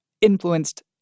influenced